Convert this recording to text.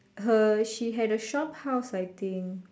her she had a shop house I think